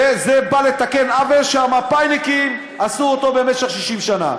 וזה בא לתקן מה שהמפא"יניקים עשו במשך 60 שנה,